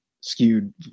skewed